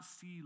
see